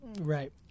Right